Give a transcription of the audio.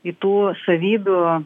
i tų savybių